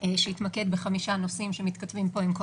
שהתמקד בחמישה נושאים שמתכתבים פה עם כל